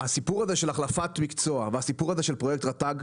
הסיפור של החלפת מקצוע והסיפור של פרויקט רט"ג,